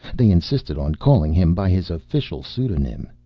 they insisted on calling him by his official pseudonym.